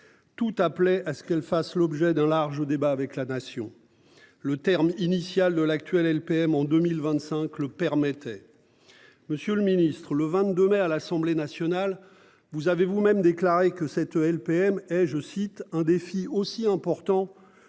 Tout appelait à ce qu'elle fasse l'objet d'un large débat avec la nation. Le terme initial de l'actuelle LPM en 2025 le permettait. Monsieur le Ministre, le 22 mai à l'Assemblée nationale vous avez vous-même déclaré que cette LPM et je cite un défi aussi important